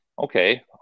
Okay